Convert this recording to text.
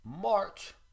March